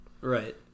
right